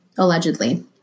Allegedly